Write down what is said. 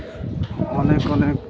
ଅନେକ ଅନେକ